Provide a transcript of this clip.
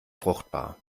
fruchtbar